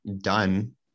done